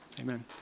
amen